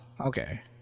Okay